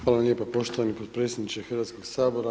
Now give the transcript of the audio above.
Hvala lijepa poštovani potpredsjedniče Hrvatskog sabora.